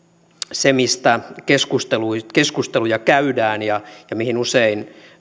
se mistä keskusteluja keskusteluja käydään ja mihin usein